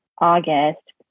August